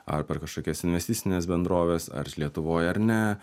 ar per kažkokias investicines bendroves ar jis lietuvoj ar ne